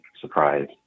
surprise